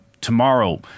tomorrow